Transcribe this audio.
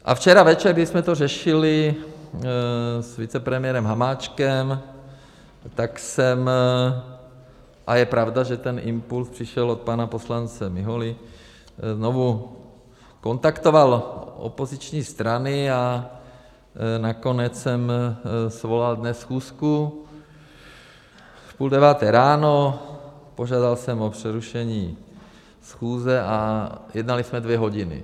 A včera večer, když jsme to řešili s vicepremiérem Hamáčkem, tak jsem a je pravda, že ten impulz přišel od pana poslance Miholy znovu kontaktoval opoziční strany a nakonec jsem svolal dnes schůzku v půl deváté ráno, požádal jsem o přerušení schůze a jednali jsme dvě hodiny.